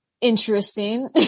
interesting